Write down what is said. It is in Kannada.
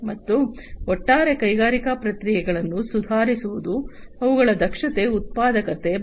ಮತ್ತು ಒಟ್ಟಾರೆ ಕೈಗಾರಿಕಾ ಪ್ರಕ್ರಿಯೆಗಳನ್ನು ಸುಧಾರಿಸುವುದು ಅವುಗಳ ದಕ್ಷತೆ ಉತ್ಪಾದಕತೆ ಬಗ್ಗೆ